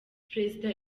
perezida